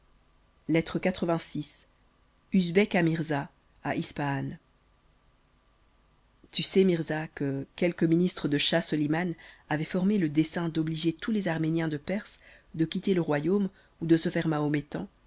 usbek à mirza à ispahan t u sais mirza que quelques ministres de cha soliman avoient formé le dessein d'obliger tous les arméniens de perse de quitter le royaume ou de se faire